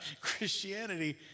Christianity